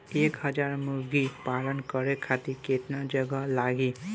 एक हज़ार मुर्गी पालन करे खातिर केतना जगह लागी?